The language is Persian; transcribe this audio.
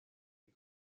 این